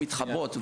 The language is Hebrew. שמתחברות,